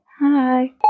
Hi